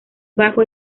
bajo